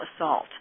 assault